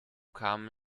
kam